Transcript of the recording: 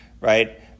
right